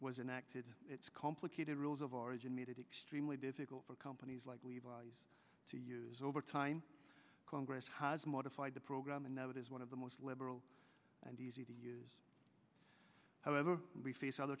enacted its complicated rules of origin made it extremely difficult for companies like levis to use over time congress has modified the program and now it is one of the most liberal and easy to use however we face other